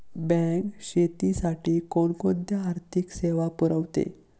Bank शेतीसाठी कोणकोणत्या आर्थिक सेवा पुरवते?